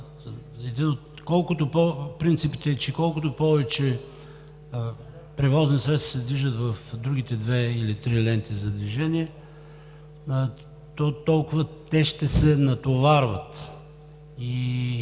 принципът е, че колкото повече превозни средства се движат в другите две или три ленти за движение, толкова те ще се натоварват.